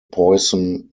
poisson